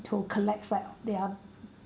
to collect like their